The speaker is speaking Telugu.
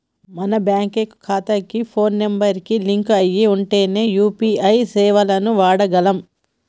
మన బ్యేంకు ఖాతాకి పోను నెంబర్ కి లింక్ అయ్యి ఉంటేనే యూ.పీ.ఐ సేవలను వాడగలం